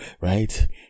Right